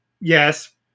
Yes